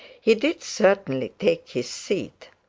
he did certainly take his seat,